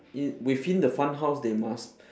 it within the fun house there must